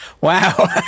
Wow